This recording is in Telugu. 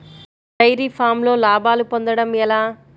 డైరి ఫామ్లో లాభాలు పొందడం ఎలా?